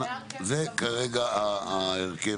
זה כרגע ההרכב.